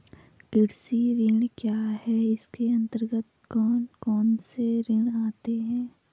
कृषि ऋण क्या है इसके अन्तर्गत कौन कौनसे ऋण आते हैं?